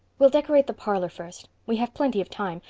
we'll decorate the parlor first. we have plenty of time,